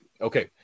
Okay